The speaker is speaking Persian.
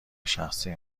شخصی